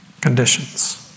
conditions